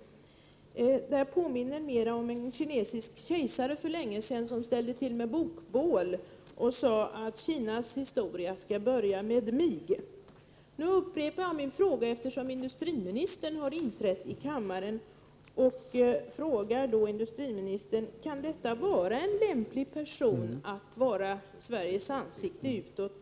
Man kommer att tänka på en kinesisk kejsare för länge sedan, som ställde till med Prot. 1988/89:91 bokbål och sade att ”Kinas historia skall börja med mig”. 6 april 1989 Nu upprepar jag min fråga, eftersom induostriministera har tntratt i Anslag till turismoch kammaren. Jag frågar alltså industriministern: Kan detta vara en lämplig - person att fungera som Sveriges ansikte utåt?